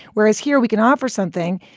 whereas here we can offer something.